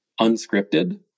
unscripted